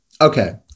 okay